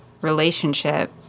relationship